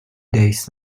days